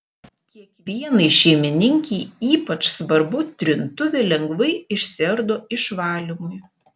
kiekvienai šeimininkei ypač svarbu trintuvė lengvai išsiardo išvalymui